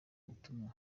ubutumwa